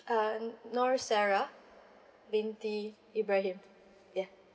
uh nur sarah binte ibrahim ya